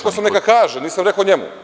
Rekao sam, neka kaže, nisam rekao njemu.